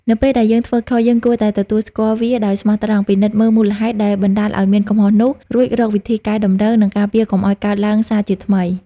នៅពេលដែលយើងធ្វើខុស យើងគួរតែទទួលស្គាល់វាដោយស្មោះត្រង់ ពិនិត្យមើលមូលហេតុដែលបណ្ដាលឱ្យមានកំហុសនោះ រួចរកវិធីកែតម្រូវ និងការពារកុំឱ្យកើតឡើងសាជាថ្មី។